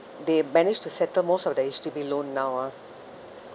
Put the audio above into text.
they managed to settle most of the H_D_B loan now ah